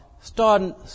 starting